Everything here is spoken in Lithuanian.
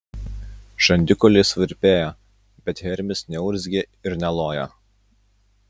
žandikauliai suvirpėjo bet hermis neurzgė ir nelojo